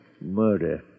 Murder